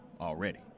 already